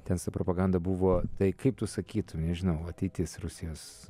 ten su propaganda buvo tai kaip tu sakytum žinau ateitis rusijos